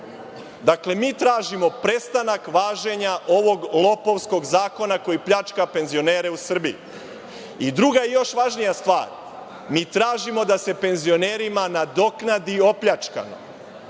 Dakle, tražimo prestanak važenja ovog lopovskog zakona koji pljačka penzionere u Srbiji. Druga, još važnija stvar, tražimo da se penzionerima nadoknadi opljačkano